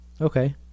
okay